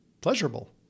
pleasurable